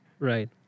Right